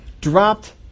dropped